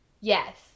Yes